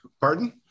Pardon